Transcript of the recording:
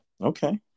Okay